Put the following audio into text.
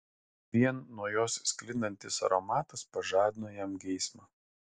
vien nuo jos sklindantis aromatas pažadino jam geismą